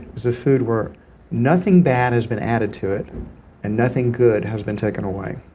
is a food where nothing bad has been added to it and nothing good has been taken away.